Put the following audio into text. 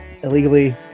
illegally